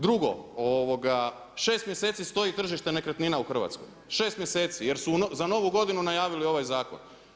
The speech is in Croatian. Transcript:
Drugo, 6 mjeseci stoji tržište nekretnina u Hrvatskoj, 6 mjeseci, jer su za novu godinu najavili ovaj zakon.